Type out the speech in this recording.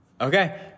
Okay